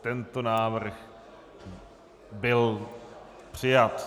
Tento návrh byl přijat.